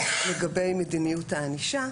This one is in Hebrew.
לגבי מדיניות הענישה,